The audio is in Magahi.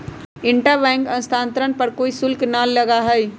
इंट्रा बैंक स्थानांतरण पर कोई शुल्क ना लगा हई